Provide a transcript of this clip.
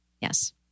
yes